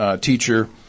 teacher